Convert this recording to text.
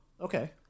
okay